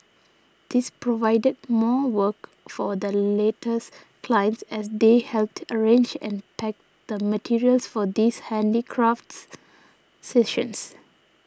this provided more work for the latter's clients as they helped arrange and pack the materials for these handicraft sessions